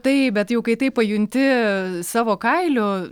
taip bet jau kai tai pajunti savo kailiu